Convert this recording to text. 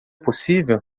possível